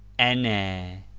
and their